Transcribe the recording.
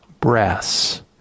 breaths